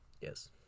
Yes